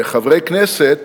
חברי כנסת